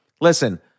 listen